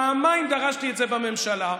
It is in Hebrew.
פעמיים דרשתי את זה בממשלה,